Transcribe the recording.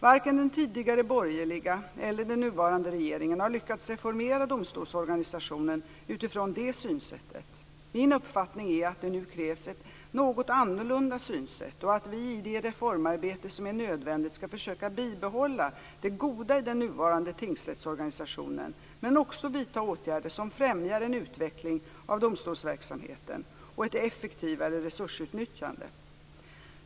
Varken den tidigare borgerliga eller den nuvarande regeringen har lyckats reformera domstolsorganisationen utifrån det synsättet. Min uppfattning är att det nu krävs ett något annorlunda synsätt och att vi i det reformarbete som är nödvändigt skall försöka bibehålla det goda i den nuvarande tingsrättsorganisationen men också vidta åtgärder som främjar en utveckling av domstolsverksamheten och ett effektivare resursutnyttjande.